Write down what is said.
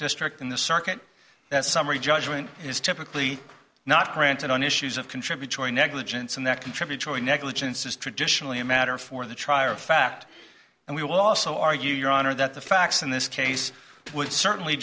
district in the circuit that summary judgment is typically not granted on issues of contributory negligence and that contributory negligence is traditionally a matter for the trier of fact and we will also argue your honor that the facts in this case would certainly